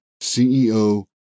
CEO